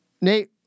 Nate